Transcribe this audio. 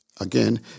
Again